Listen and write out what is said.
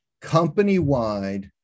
company-wide